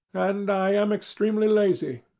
and i am extremely lazy.